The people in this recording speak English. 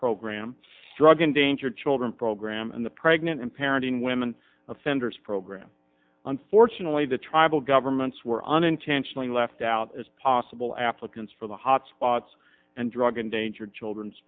program drug endangered children program and the pregnant and parenting women offenders program unfortunately the tribal governments were unintentionally left out as possible applicants for the hot spots and drug endangered children's